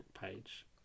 page